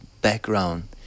background